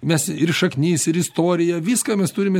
mes ir šaknis ir istoriją viską mes turime